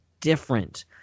different